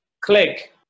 click